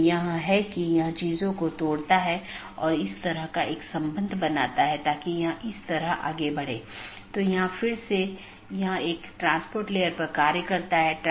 अब एक नया अपडेट है तो इसे एक नया रास्ता खोजना होगा और इसे दूसरों को विज्ञापित करना होगा